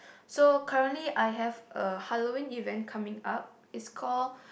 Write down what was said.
so currently I have a Halloween event coming up it's call